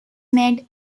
made